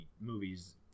movies